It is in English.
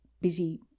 busy